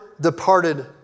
departed